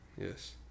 Yes